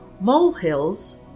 Molehills